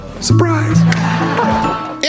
Surprise